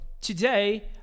today